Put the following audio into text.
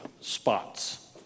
spots